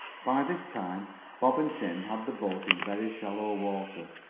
by this time bob and tim had the boat in very shallow water.